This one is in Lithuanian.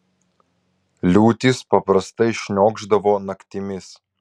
liūtys paprastai šniokšdavo naktimis